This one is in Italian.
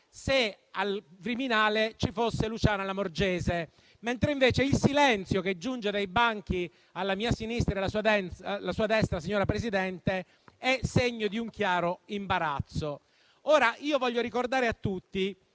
se al Viminale ci fosse Luciana Lamorgese. Il silenzio che invece giunge dai banchi alla mia sinistra e alla sua destra, signora Presidente, è segno di un chiaro imbarazzo. Voglio ricordare a tutti